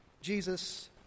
Jesus